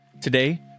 today